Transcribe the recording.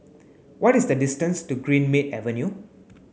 what is the distance to Greenmead Avenue